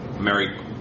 Mary